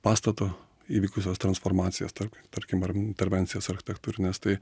pastato įvykusias transformacijas tarkim tarkim ar intervencijas architektūrines tai